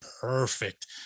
perfect